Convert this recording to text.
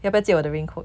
要不要借我的 raincoat